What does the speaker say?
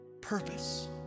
purpose